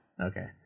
Okay